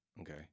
Okay